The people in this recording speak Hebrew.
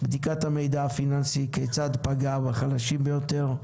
בדיקת המידע הפיננסי, כיצד פגע בחלשים ביותר.